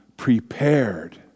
Prepared